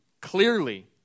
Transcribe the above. clearly